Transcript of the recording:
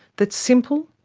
that simple,